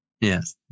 Yes